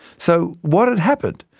so what had happened?